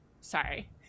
Sorry